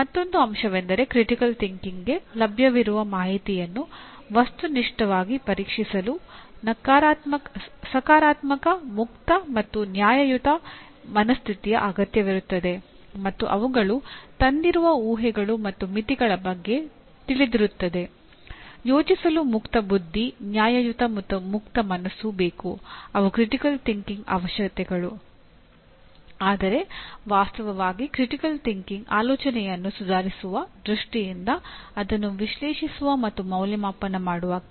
ಮತ್ತೊಂದು ಅಂಶವೆಂದರೆ critical thinking ಆಲೋಚನೆಯನ್ನು ಸುಧಾರಿಸುವ ದೃಷ್ಟಿಯಿಂದ ಅದನ್ನು ವಿಶ್ಲೇಷಿಸುವ ಮತ್ತು ಮೌಲ್ಯಮಾಪನ ಮಾಡುವ ಕಲೆ